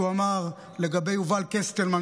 שהוא אמר לגבי יובל קסטלמן,